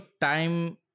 time